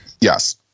Yes